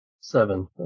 Seven